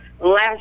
last